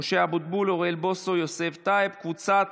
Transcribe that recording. משה אבוטבול, אוריאל בוסו ויוסף טייב, קבוצת